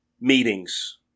meetings